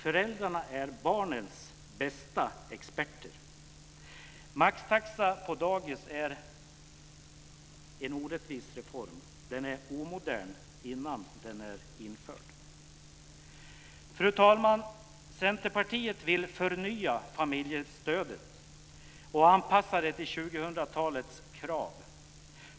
Föräldrarna är barnens bästa experter. Maxtaxa på dagis är en orättvis reform. Den är omodern innan den är införd. Fru talman! Centerpartiet vill förnya familjestödet och anpassa det till 2000-talets krav.